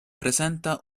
presenta